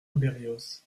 berrios